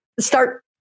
start